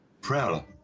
Prowler